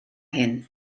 hŷn